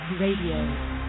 Radio